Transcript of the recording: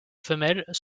femelles